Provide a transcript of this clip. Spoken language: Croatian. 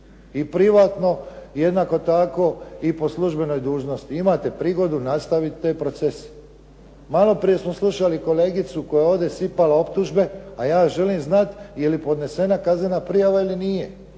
i privatno jednako tako i po službenoj dužnosti. Imate prigodu nastaviti te procese. Malo prije smo slušali kolegicu koja je ovdje sipala optužbe, a ja želim znati je li podnesena kaznena prijava ili nije.